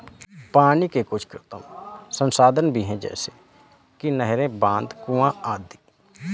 पानी के कुछ कृत्रिम संसाधन भी हैं जैसे कि नहरें, बांध, कुएं आदि